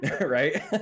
Right